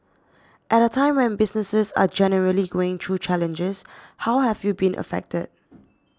at a time when businesses are generally going through challenges how have you been affected